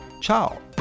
Ciao